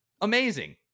amazing